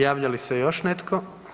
Javlja li se još netko?